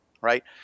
right